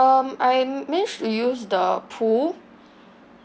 um I'm managed to use the pool